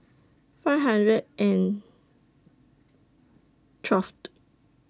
five hundred and twelve